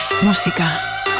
Música